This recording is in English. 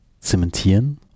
Zementieren